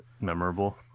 memorable